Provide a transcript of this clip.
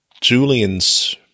Julian's